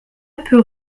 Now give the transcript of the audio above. peut